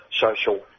social